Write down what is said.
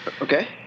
Okay